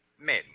men